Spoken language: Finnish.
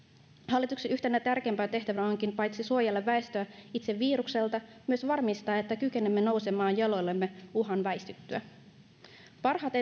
hallituksen yhtenä tärkeimpänä tehtävänä onkin paitsi suojella väestöä itse virukselta myös varmistaa että kykenemme nousemaan jaloillemme uhan väistyttyä parhaat